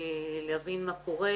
להבין מה קורה.